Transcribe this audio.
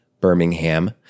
Birmingham